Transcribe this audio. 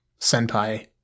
senpai